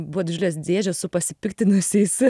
buvo didžiulės dėžės su pasipiktinusiais